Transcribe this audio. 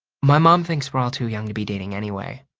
my mom thinks we're all too young to be dating anyway,